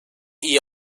iyi